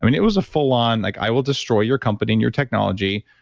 it was a full on, like i will destroy your company and your technology,